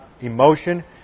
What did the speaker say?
emotion